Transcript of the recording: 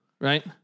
right